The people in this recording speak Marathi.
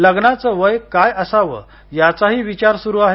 लग्नाचं वय काय असावं याचाही विचार सुरु आहे